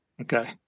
Okay